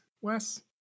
Wes